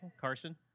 Carson